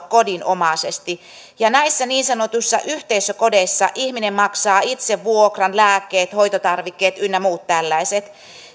kodinomaisesti ja näissä niin sanotuissa yhteisökodeissa ihminen maksaa itse vuokran lääkkeet hoitotarvikkeet ynnä muut tällaiset